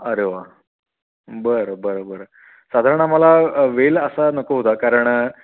अरे वा बरं बरं बरं साधारण आम्हाला वेल असा नको होता कारण